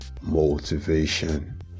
motivation